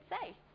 say